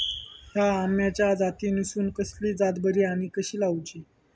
हया आम्याच्या जातीनिसून कसली जात बरी आनी कशी लाऊची?